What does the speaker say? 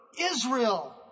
Israel